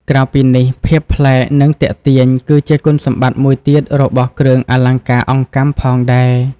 ក្រៅពីនេះ ភាពប្លែក និងទាក់ទាញ គឺជាគុណសម្បត្តិមួយទៀតរបស់គ្រឿងអលង្ការអង្កាំផងដែរ។